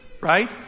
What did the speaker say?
right